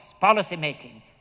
policy-making